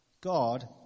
God